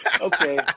Okay